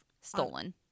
Stolen